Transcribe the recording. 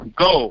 go